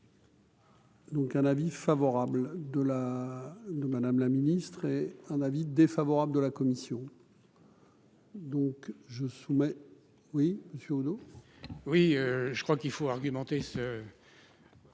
Donc un avis favorable de la de madame la ministre, et un avis défavorable de la commission. Donc je soumets oui sur l'eau. Oui, je crois qu'il faut argumenter ce